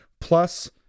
Plus